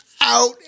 out